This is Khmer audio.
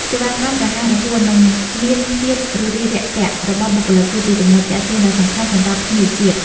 សេវាកម្មដ៏រហ័សរហួន និងមានភាពរួសរាយរាក់ទាក់របស់បុគ្គលិក គឺជាចំណុចទាក់ទាញដ៏សំខាន់សម្រាប់ភ្ញៀវជាតិ។